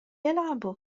يلعب